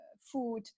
food